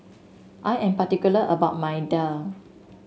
I am particular about my daal